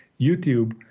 YouTube